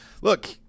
look